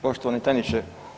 Poštovani tajniče.